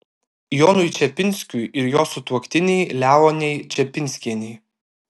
jonui čepinskiui ir jo sutuoktinei leonei čepinskienei